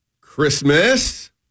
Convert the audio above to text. Christmas